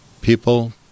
people